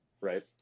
right